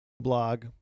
blog